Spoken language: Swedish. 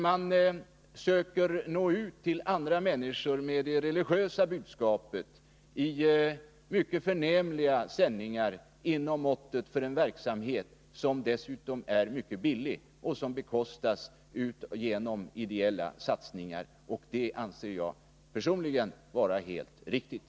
Man söker nå ut till andra människor med det religiösa budskapet i mycket förnämliga sändningar inom ramen för en verksamhet som dessutom är mycket billig och som bekostas genom ideella satsningar — och det anser jag personligen vara helt riktigt.